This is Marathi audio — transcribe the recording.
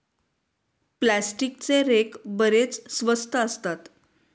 प्लास्टिकचे रेक बरेच स्वस्त असतात